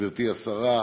גברתי השרה,